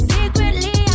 Secretly